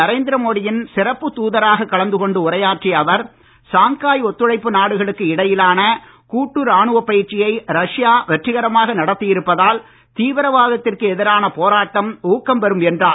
நரேந்திரமோடியின் சிறப்பு தூதராக கலந்து கொண்டு உரையாற்றிய அவர் ஷாங்காய் ஒத்துழைப்பு நாடுகளுக்கு இடையிலான கூட்டு ராணுவப் பயிற்சியை ரஷ்யா வெற்றிகரமாக நடத்தி இருப்பதால் தீவிரவாதத்திற்கு எதிரான போராட்டம் ஊக்கம் பெறும் என்றார்